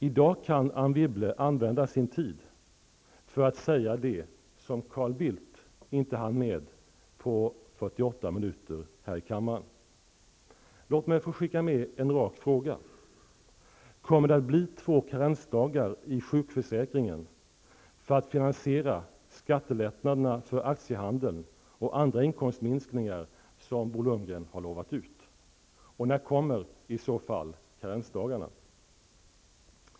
I dag kan Anne Wibble använda sin tid till att säga det som Carl Bildt inte hann med på 48 minuter här i kammaren. Låt mig få skicka med en rak fråga: Kommer det att bli två karensdagar i sjukförsäkringen för att finansiera skattelättnaderna för aktiehandeln och andra inkomstminskningar som Bo Lundgren har lovat ut? När kommer i så fall karensdagarna?